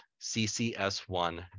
CCS1